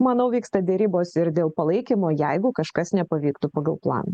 manau vyksta derybos ir dėl palaikymo jeigu kažkas nepavyktų pagal planą